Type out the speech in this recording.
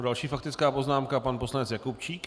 Další faktická poznámka pan poslanec Jakubčík.